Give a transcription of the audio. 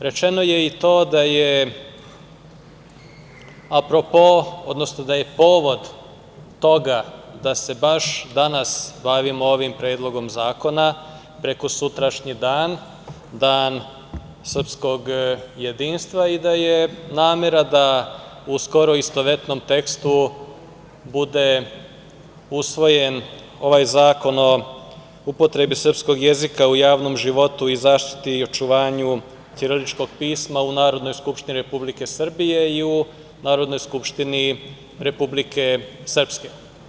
Rečeno je i to da je povod toga da se baš danas bavimo ovim Predlogom zakona prekosutrašnji dan, Dan srpskog jedinstva i da je namera da u skoro istovetnom tekstu bude usvojen ovaj Zakon o upotrebi srpskog jezika u javnom životu i zaštiti i očuvanju ćiriličkog pisma u Narodnoj skupštini Republike Srbije i u Narodnoj skupštini Republike Srpske.